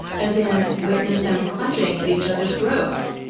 as in witness them clutching at each other's throats.